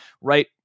right